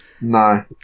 No